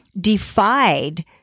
defied